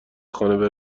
خانه